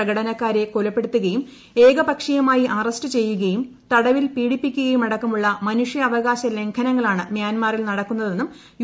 പ്രകടനക്കാരെ കൊലപ്പെടുത്തുകയും ഏകപക്ഷീയമായി അറസ്റ്റ് ചെയ്യു കയും തടവിൽ പീഡിപ്പിക്കുകയുമടക്കമുള്ള മനുഷ്യാവകാശ ലംഘന ങ്ങളാണ് മൃാൻമറിൽ നടക്കുന്നതെന്നും യു